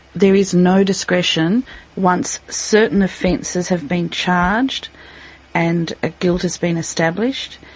there is no discretion once certain offences have been charged and ah guilt has been established.